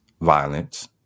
violence